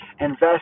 invest